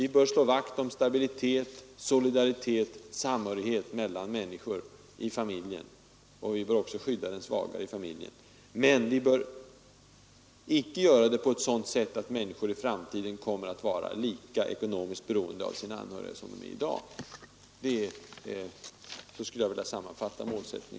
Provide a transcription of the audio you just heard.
Vi bör slå vakt om stabilitet, solidaritet, samhörighet mellan människor i familjen, och vi bör oc skydda den svagare i familjen, men vi bör icke göra det på ett sådant sätt att människor i framtiden kommer att vara lika ekonomiskt beroende av sina anhöriga som de är i dag. Så skulle jag vilja sammanfatta vår målsättning.